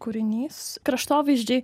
kūrinys kraštovaizdžiai